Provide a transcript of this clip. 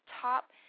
top